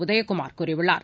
உதயகுமார் கூறியுள்ளார்